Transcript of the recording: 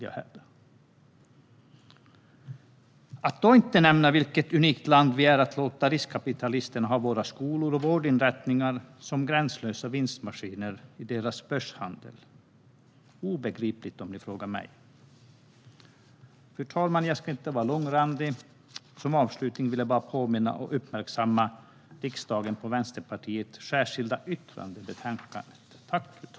Jag måste också nämna vilket unikt land vi är som låter riskkapitalisterna ta hand om våra skolor och vårdinrättningar som gränslösa vinstmaskiner i sin börshandel. Det är obegripligt, om ni frågar mig. Skatteförslag med anledning av energi-överenskommelsen Fru talman! Jag ska inte bli långrandig. Som avslutning vill jag bara påminna om och uppmärksamma riksdagen på Vänsterpartiets särskilda yttrande i betänkandet.